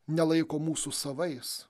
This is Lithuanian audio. nelaiko mūsų savais